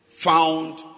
Found